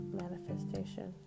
manifestation